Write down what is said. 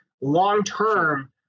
long-term